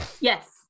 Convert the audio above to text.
Yes